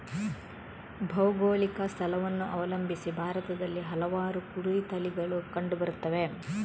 ಭೌಗೋಳಿಕ ಸ್ಥಳವನ್ನು ಅವಲಂಬಿಸಿ ಭಾರತದಲ್ಲಿ ಹಲವಾರು ಕುರಿ ತಳಿಗಳು ಕಂಡು ಬರುತ್ತವೆ